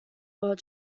world